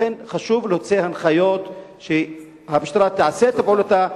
לכן חשוב להוציא הנחיות שהמשטרה תעשה ככל יכולתה,